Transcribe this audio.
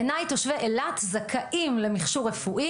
בעיניי תושבי אילת זכאים למכשור רפואי.